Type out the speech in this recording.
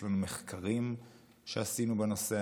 יש לנו מחקרים שעשינו בנושא,